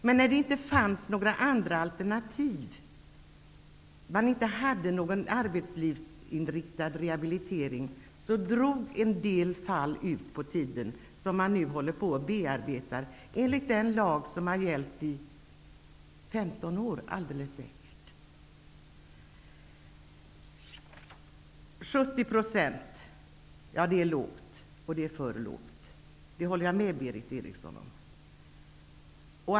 Men när det inte fanns några alternativ, som arbetslivsinriktad rehabilitering, drog en del fall ut på tiden, och man håller nu på att bearbeta dem, enligt den lag som har gällt i säkert 70 % är en för låg nivå -- jag håller med Berith Eriksson om det.